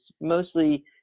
mostly –